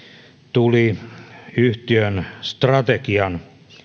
tuli yhtiön strategian